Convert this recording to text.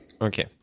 okay